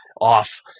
off